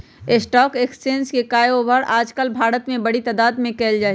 stock exchange के काएओवार आजकल भारत में बडी तादात में कइल जा हई